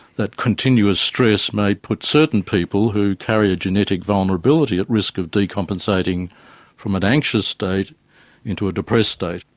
that continuous stress may put certain people who carry a genetic vulnerability at risk of de-compensating from an anxious state into a depressed state.